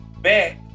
back